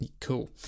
cool